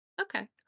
Okay